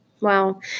Wow